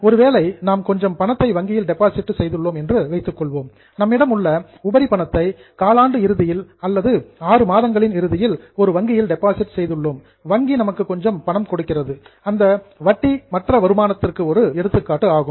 ஒருவேளை நாம் கொஞ்சம் பணத்தை வங்கியில் டெபாசிட் செய்துள்ளோம் என்று வைத்துக்கொள்வோம் நம்மிடம் உள்ள சர்பிலஸ் உபரி பணத்தை குவார்ட்டர் காலாண்டு இறுதியில் அல்லது 6 மாதங்களின் இறுதியில் ஒரு வங்கியில் டெபாசிட் செய்துள்ளோம் வங்கி நமக்கு கொஞ்சம் வட்டி கொடுக்கிறது அந்த வட்டி மற்ற வருமானத்திற்கு ஒரு எடுத்துக்காட்டு ஆகும்